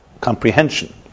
comprehension